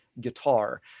guitar